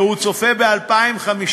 שהוא צופה ב-2059